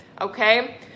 Okay